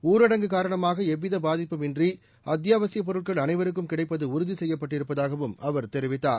ஊரடங்கு காரணமாக எவ்வித பாதிப்பும் இன்றி அத்தியாவசியப் பொருட்கள் அனைவருக்கும் கிடைப்பது உறுதி செய்யப்பட்டிருப்பதாகவும் அவர் தெரிவித்தார்